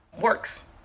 works